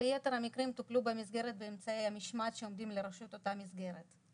ויתר המקרים טופלו במסגרת באמצעי המשמעת שעומדים לרשות אותה מסגרת.